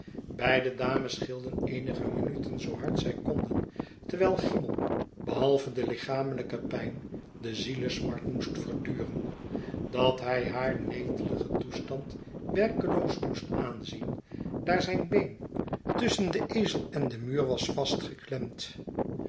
beide dames gilden eenige minuten zoo hard zij konden terwijl cymon behalve de lichamelijke pijn de zielesmart moest verduren dathij haar neteligen toestand werkeloos moest aanzien daar zijn been tusschen den ezel en den muur was